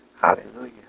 Hallelujah